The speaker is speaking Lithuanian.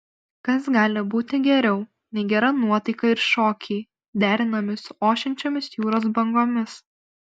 kas gali būti geriau nei gera nuotaika ir šokiai derinami su ošiančiomis jūros bangomis